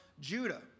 Judah